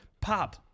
Pop